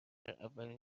اولین